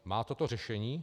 Má toto řešení?